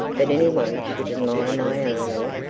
that any one should admire my eleanor